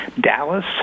Dallas